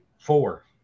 four